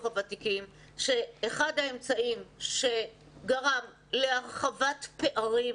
הוותיקים שאחד האמצעים שגרם להרחבת הפערים